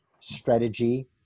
strategy